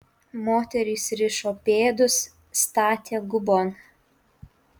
moterys rišo pėdus statė gubon